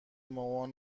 مامان